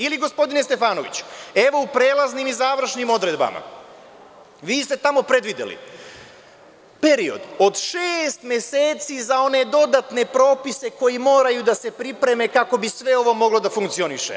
Ili, gospodine Stefanoviću evo u prelaznim i završnim odredbama, vi ste tamo predvideli period od šest meseci za one dodatne propise koji moraju da se pripreme kako bi sve ovo moglo da funkcioniše.